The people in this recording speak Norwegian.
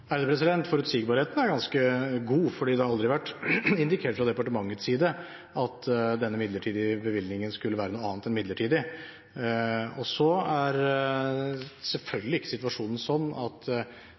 Forutsigbarheten er ganske god, for det har aldri vært indikert fra departementets side at denne midlertidige bevilgningen skulle være noe annet enn midlertidig. Så er